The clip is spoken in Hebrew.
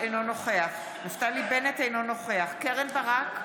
אינו נוכח נפתלי בנט, אינו נוכח קרן ברק,